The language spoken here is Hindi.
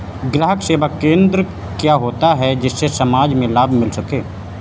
ग्राहक सेवा केंद्र क्या होता है जिससे समाज में लाभ मिल सके?